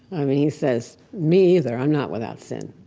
i mean, he says, me either. i'm not without sin.